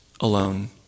alone